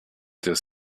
des